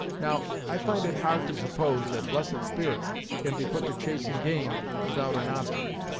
now, i find it hard to suppose that blessed spirits can be put to chasing game without an object,